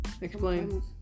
Explain